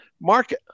Mark